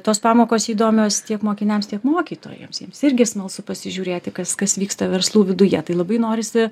tos pamokos įdomios tiek mokiniams tiek mokytojams jiems irgi smalsu pasižiūrėti kas kas vyksta verslų viduje tai labai norisi